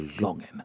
longing